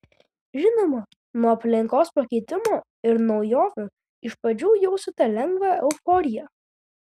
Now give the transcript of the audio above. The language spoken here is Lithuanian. žinoma nuo aplinkos pakeitimo ir naujovių iš pradžių jausite lengvą euforiją